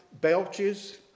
belches